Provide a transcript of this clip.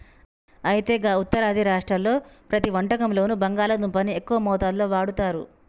అయితే గా ఉత్తరాది రాష్ట్రాల్లో ప్రతి వంటకంలోనూ బంగాళాదుంపని ఎక్కువ మోతాదులో వాడుతారు